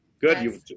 Good